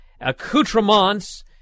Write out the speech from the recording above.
accoutrements